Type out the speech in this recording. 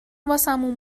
واسمون